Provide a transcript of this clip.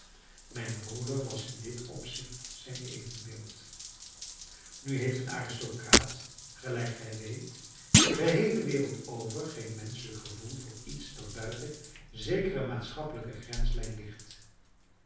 mijn broeder was in dit opzicht zijn evenbeeld nu heeft een aristocraat gelijk gij weet de geheele wereld over geen menschelijk gevoel voor iets dat buiten zekere maatschappelijke grenslijn ligt